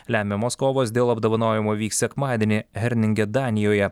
lemiamos kovos dėl apdovanojimo vyks sekmadienį herninge danijoje